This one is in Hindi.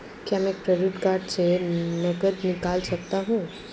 क्या मैं क्रेडिट कार्ड से नकद निकाल सकता हूँ?